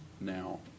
now